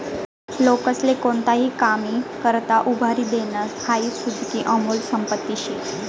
लोकेस्ले कोणताही कामी करता उभारी देनं हाई सुदीक आनमोल संपत्ती शे